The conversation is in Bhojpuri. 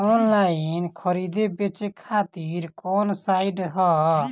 आनलाइन खरीदे बेचे खातिर कवन साइड ह?